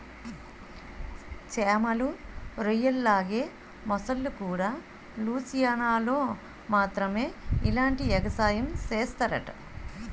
చేమలు, రొయ్యల్లాగే మొసల్లుకూడా లూసియానాలో మాత్రమే ఇలాంటి ఎగసాయం సేస్తరట